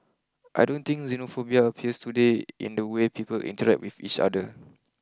I don't think Xenophobia appears today in the way people interact with each other